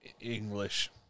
English